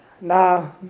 Nah